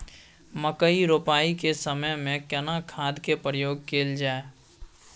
मकई रोपाई के समय में केना खाद के प्रयोग कैल जाय?